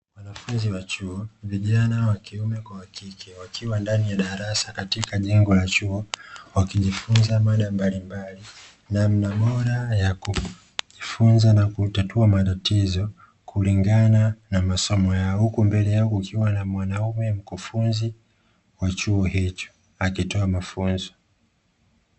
Wanafunzi wa chuo (vijana wa kiume na wa kike) wakiwa ndani ya darasa katika jengo la chuo wakijifunza mada mbalimbali, namna bora ya kujifunza na kutatua matatizo kulingana na masomo yao; huku mbele kukiwa na mwanaume mkufunzi wa chuo hicho akitoa mafunzo.